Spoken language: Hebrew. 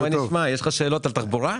יש לך שאלות על תחבורה?